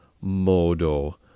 Modo